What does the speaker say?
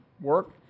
work